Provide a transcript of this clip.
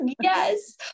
yes